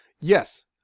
yes